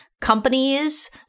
companies